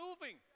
moving